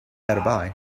alibi